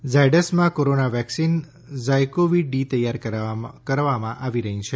ઝાયડસમાં corona vaccine ZyCoV D તૈયાર કરવામાં આવી રહી છે